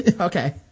okay